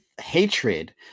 hatred